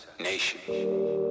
Nation